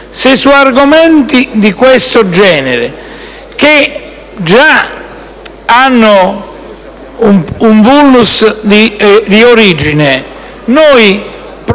se su argomenti di questo genere, che già hanno un *vulnus* di origine, proviamo